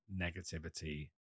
negativity